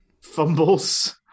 fumbles